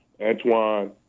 Antoine